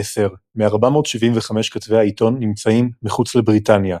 מ-475 כתבי העיתון נמצאים מחוץ לבריטניה.